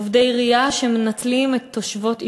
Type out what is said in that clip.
עובדי עירייה שמנצלים את תושבות עירם,